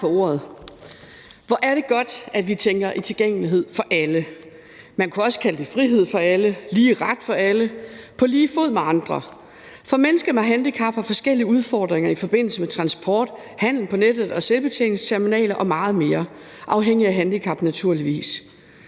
Hvor er det godt, at vi tænker i tilgængelighed for alle. Man kunne også kalde det frihed for alle, lige ret for alle – på lige fod med andre. For mennesker med handicap har forskellige udfordringer i forbindelse med transport, handel på nettet, selvbetjeningsterminaler og meget mere, afhængigt af handicap naturligvis.